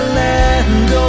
land